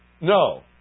No